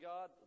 God